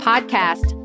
Podcast